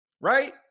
right